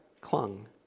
clung